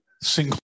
single